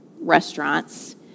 restaurants